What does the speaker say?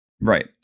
Right